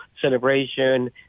celebration